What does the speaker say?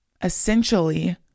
essentially